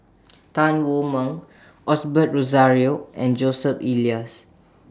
Tan Wu Meng Osbert Rozario and Joseph Elias